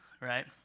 right